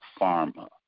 Pharma